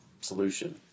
solution